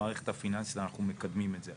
בנושא של המערכת הפיננסית אנחנו מקדמים את זה,